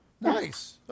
Nice